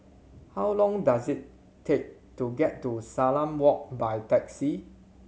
how long does it take to get to Salam Walk by taxi